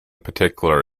particular